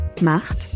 Macht